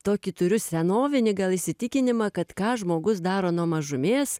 tokį turiu senovinį gal įsitikinimą kad ką žmogus daro nuo mažumės